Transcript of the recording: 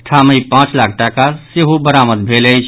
ठामहि पांच लाख टाका नगद सेहो बरामद भेल अछि